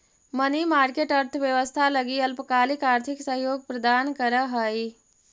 money market अर्थव्यवस्था लगी अल्पकालिक आर्थिक सहयोग प्रदान करऽ हइ